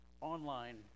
online